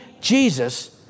Jesus